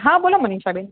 હા બોલો મનીષાબેન